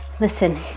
Listen